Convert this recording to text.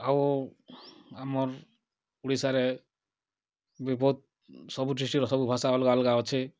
ଆଉ ଆମର୍ ଓଡ଼ିଶାରେ ବି ବହୁତ୍ ସବୁ ଡ଼ିଷ୍ଟ୍ରିକ୍ଟ୍ ର ସବୁ ଭାଷା ଅଲ୍ଗା ଅଲ୍ଗା ଅଛେ